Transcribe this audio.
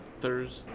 Thursday